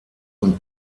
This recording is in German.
und